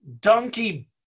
donkey